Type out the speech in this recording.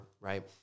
right